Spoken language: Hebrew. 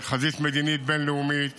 מדינית בין-לאומית